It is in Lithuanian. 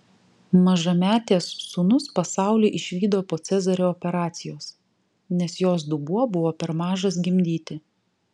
mažametės sūnus pasaulį išvydo po cezario operacijos nes jos dubuo buvo per mažas gimdyti